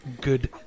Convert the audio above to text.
good